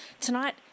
Tonight